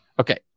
Okay